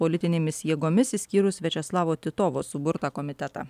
politinėmis jėgomis išskyrus viačeslavo titovo suburtą komitetą